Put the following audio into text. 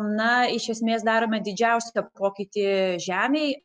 na iš esmės darome didžiausią pokytį žemei